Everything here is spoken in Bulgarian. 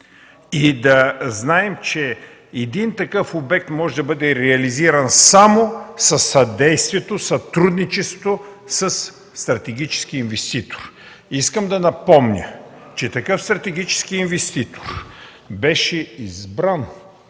и да знаем, че такъв обект може да бъде реализиран само със съдействието и сътрудничеството на стратегически инвеститор. Искам да напомня, че такъв стратегически инвеститор беше избран